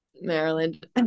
Maryland